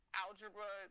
algebra